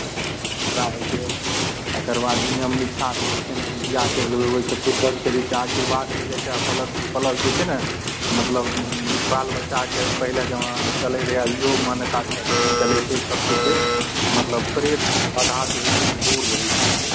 कथा होइ छै तकरबाद नियम निष्ठासँ जे छै ने जितिया करि लेबै ओहिसँ पूर्वजके जे छै आशीर्वाद मिलै छै आ प्लस प्लस जे छै ने मतलब बालबच्चाके पहिले जमानामे चलैत रहै अभियो मान्यता छै अभी भी चलै छै सत्य छै मतलब प्रेत एहि कथासँ जे छै ने दूर रहै छै